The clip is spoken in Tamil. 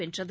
வென்றது